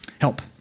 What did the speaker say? help